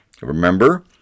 Remember